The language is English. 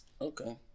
Okay